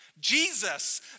Jesus